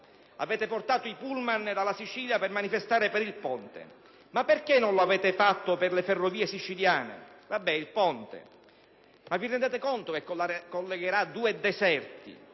Avete portato i pullman dalla Sicilia per manifestare per il ponte, ma perché non lo avete fatto per le ferrovie siciliane? Va bene il ponte, ma vi rendete conto che collegherà due deserti?